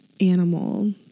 animal